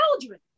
children